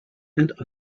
and